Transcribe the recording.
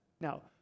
Now